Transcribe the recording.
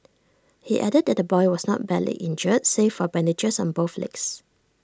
he added that the boy was not badly injured save for bandages on both legs